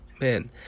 Man